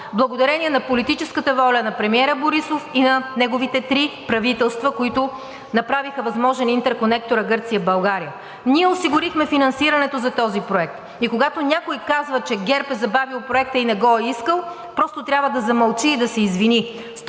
благодарение на политическата воля на премиера Борисов и на неговите три правителства, които направиха възможен интерконектора Гърция – България. Ние осигурихме финансирането за този проект и когато някой казва, че ГЕРБ е забавил Проекта и не го е искал, просто трябва да замълчи и да се извини